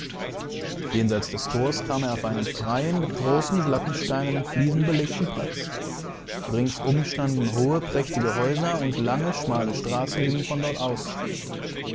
jenseits des tors kam er auf einen freien mit großen glatten steinernen fliesen belegten platz ringsum standen hohe prächtige häuser und lange schmalestraßengingenvondortaus auf